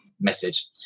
message